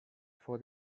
for